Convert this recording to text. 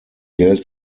geld